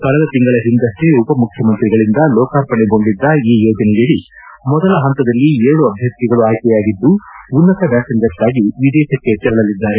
ಕಳೆದ ತಿಂಗಳ ಹಿಂದಷ್ಟೆ ಉಪ ಮುಖ್ಯಮಂತ್ರಿಗಳಿಂದ ಲೋಕಾರ್ಪಣೆಗೊಂಡಿದ್ದ ಈ ಯೋನೆಯಡಿ ಮೊದಲ ಹಂತದಲ್ಲಿ ಏಳು ಅಭ್ಯರ್ಥಿಗಳು ಆಯ್ಕೆಯಾಗಿದ್ದು ಉನ್ನತ ವ್ಯಾಸಂಗಕ್ಕಾಗಿ ವಿದೇಶಕ್ಷೆ ತೆರಳಲಿದ್ದಾರೆ